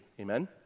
Amen